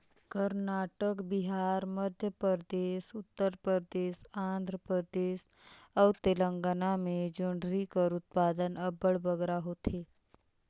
करनाटक, बिहार, मध्यपरदेस, उत्तर परदेस, आंध्र परदेस अउ तेलंगाना में जोंढरी कर उत्पादन अब्बड़ बगरा होथे